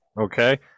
Okay